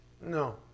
No